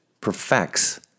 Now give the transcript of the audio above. perfects